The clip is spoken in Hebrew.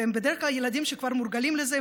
והם בדרך כלל ילדים שכבר מורגלים בזה,